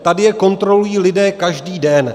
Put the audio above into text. Tady je kontrolují lidé každý den.